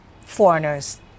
foreigners